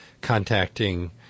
contacting